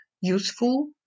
useful